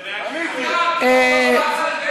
עניתי, ביטן, לא מתאים לך.